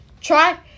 try